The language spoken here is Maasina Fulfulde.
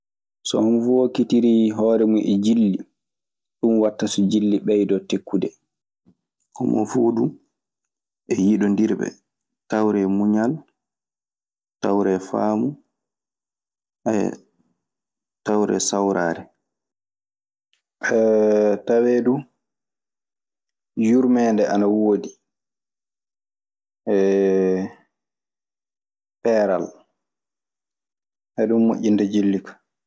So homo fuu hokkitirii hoore mun e jilli, ɗun waɗta so jilli ɓeydoo tekkude. Homo fuu du e yiɗondirɓe. Tawree muñal, tawree faamu, tawree sawraare. Tawee du yurɓeende ana woodi peeral. Ɗun ɓoƴƴinta jilli ka.